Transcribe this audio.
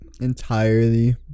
entirely